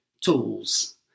Tools